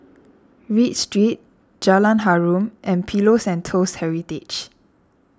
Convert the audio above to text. Read Street Jalan Harum and Pillows and Toast Heritage